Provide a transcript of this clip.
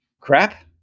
crap